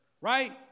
right